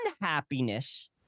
unhappiness—